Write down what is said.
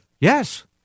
Yes